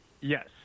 Yes